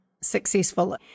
successful